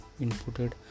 inputted